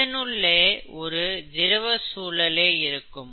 இதனுள்ளே ஒரு திரவ சூழலே இருக்கும்